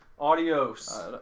Adios